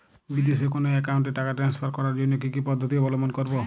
বিদেশের কোনো অ্যাকাউন্টে টাকা ট্রান্সফার করার জন্য কী কী পদ্ধতি অবলম্বন করব?